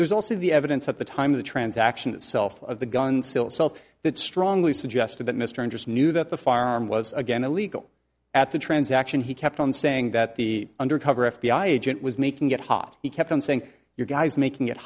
there's also the evidence at the time of the transaction itself of the gun still self that strongly suggested that mr interest knew that the firearm was again illegal at the transaction he kept on saying that the undercover f b i agent was making it hot he kept on saying your guys making it